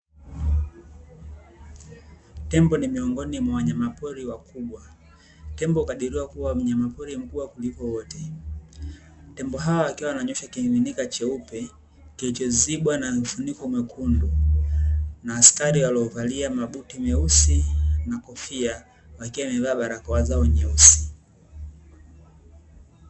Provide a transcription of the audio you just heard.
Tembo ni miongoni mwa wanyama pori wakubwa, tembo hukadiriwa kuwa mnyama mkubwa kuliko wote. Tembo hawa wakiwa wanayweshwa kimiminika cheupe kilichozibwa na mfuniko mwekundu, na askari waliovalia mabuti meusi na kofia, wakiwa wamevaa barakoa zao nyeusi .